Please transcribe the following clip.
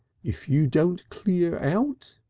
if you don't clear out?